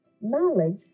Knowledge